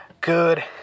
good